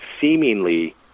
seemingly